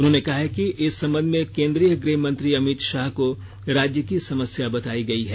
उन्होंने कहा है कि इस संबंध में केन्द्रीय गृहमंत्री अमित षाह को राज्य की समस्या बतायी गयी है